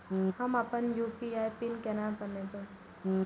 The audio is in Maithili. हम अपन यू.पी.आई पिन केना बनैब?